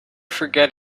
forget